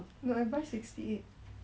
sixty eight you sell sixty lor